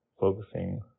focusing